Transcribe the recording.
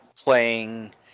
playing